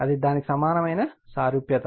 అది దానికి సమానమైన సారూప్యత మాత్రమే